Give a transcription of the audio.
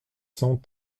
cent